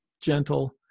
gentle